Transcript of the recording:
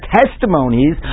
testimonies